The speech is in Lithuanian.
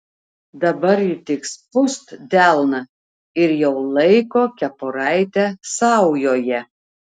dabar ji tik spust delną ir jau laiko kepuraitę saujoje